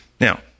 Now